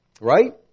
Right